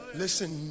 listen